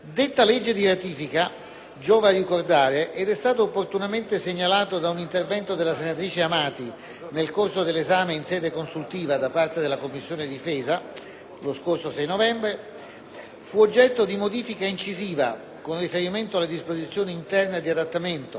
nel corso dell'esame in sede consultiva da parte della Commissione difesa lo scorso 6 novembre - è stata oggetto di incisiva modifica, con riferimento alle disposizioni interne di adattamento e all'apparato sanzionatorio, da parte della legge 4 aprile 1997, n. 93,